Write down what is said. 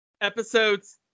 Episodes